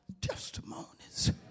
testimonies